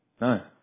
No